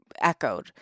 echoed